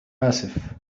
آسف